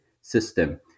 system